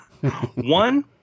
One